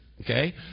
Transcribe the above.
Okay